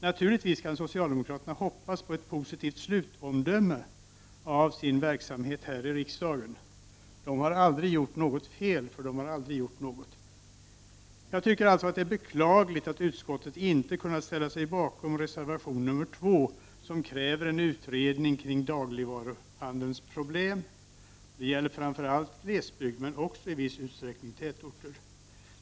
Naturligtvis kan socialdemokraterna hoppas på ett positivt slutomdöme om sin verksamhet här i riksdagen: ”De har aldrig gjort något fel, för de har aldrig gjort något.” Jag tycker alltså att det är beklagligt att utskottet inte har kunnat ställa sig bakom kravet i reservation nr 2 på en utredning kring dagligvaruhandelns problem. Det gäller här framför allt glesbygd men också i viss utsträckning tätorter.